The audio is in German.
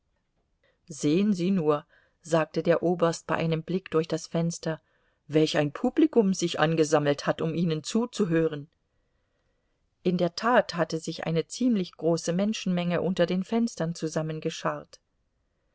sehen sie nur sagte der oberst bei einem blick durch das fenster welch ein publikum sich angesammelt hat um ihnen zuzuhören in der tat hatte sich eine ziemlich große menschenmenge unter den fenstern